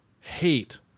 Hate